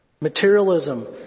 materialism